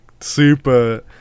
super